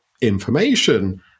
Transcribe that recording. information